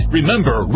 Remember